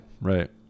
Right